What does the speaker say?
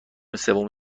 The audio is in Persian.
سوم